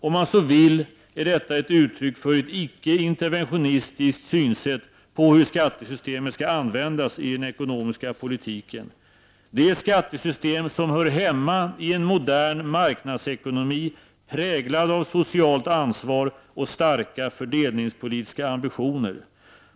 Om man så vill är detta ett uttryck för ett icke-interventionistiskt synsätt på hur skattesystemet skall användas i den ekonomiska politiken. Det är ett skattesystem som hör hemma i en modern marknadsekonomi präglad av socialt ansvar och starka fördelningspolitiska ambitioner.